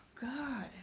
God